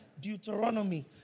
Deuteronomy